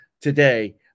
today